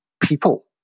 people